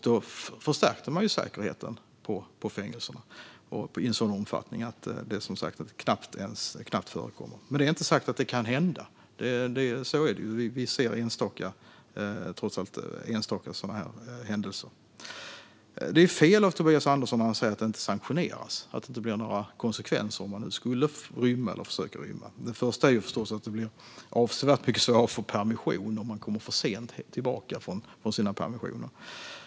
Då förstärkte man säkerheten på fängelserna i en sådan omfattning att det numera som sagt knappt förekommer. Med det inte sagt att det inte kan hända - vi ser trots allt enstaka sådana här händelser. Det är fel av Tobias Andersson när han påstår att detta inte sanktioneras, att det inte blir några konsekvenser om man skulle rymma eller försöka rymma. Den första är förstås att det blir avsevärt mycket svårare att få permission om man kommer för sent tillbaka från sina permissioner.